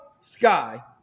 Sky